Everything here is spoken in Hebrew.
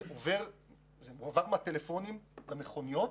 זה עבר מהטלפונים למכוניות